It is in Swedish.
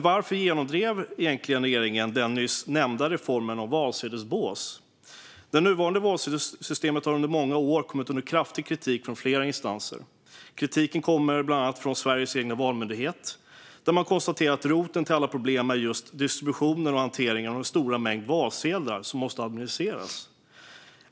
Varför genomdrev egentligen regeringen den nyss nämnda reformen om valsedelsbås? Det nuvarande valsedelssystemet har under många år kommit under kraftig kritik från flera instanser. Kritiken kommer bland annat från Sveriges egen valmyndighet, där man konstaterar att roten till alla problem är just distributionen och hanteringen av den stora mängd valsedlar som måste administreras.